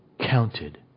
counted